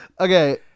Okay